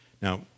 Now